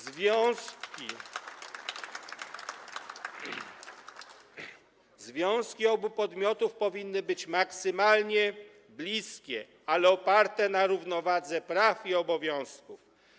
Związki obu podmiotów powinny być maksymalnie bliskie, ale oparte na równowadze praw i obowiązków.